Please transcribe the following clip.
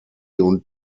und